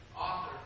author